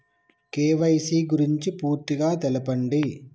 KYC గురించి పూర్తిగా తెలపండి?